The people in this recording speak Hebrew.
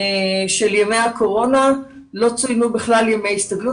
של ימי הקורונה לא צוינו בכלל ימי הסתגלות,